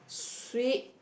sweep